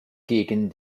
gegen